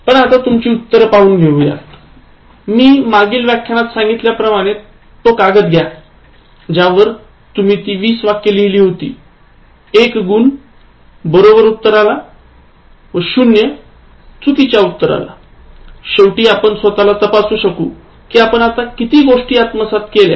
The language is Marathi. पण आता तुमची उत्तर घ्या मी मागील व्यख्यानात सांगितल्याप्रमाणे तो कागद घ्या ज्यावर तुम्ही ती २० वाक्य लिहली आहेत १ गुण बरोबर उत्तराला व ० चुकीच्या उत्तरालाशेवटी आपण स्वतःला तपासू शकू कि आपण किती गोष्टी आत्मसात केल्या